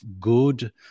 good